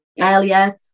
earlier